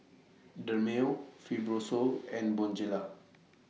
Dermale Fibrosol and Bonjela